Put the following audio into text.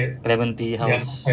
clementi house